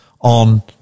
on